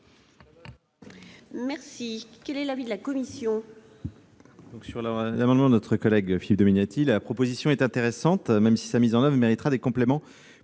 Quel est l'avis de la commission ?